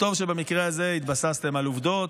טוב שבמקרה הזה התבססתם על עובדות,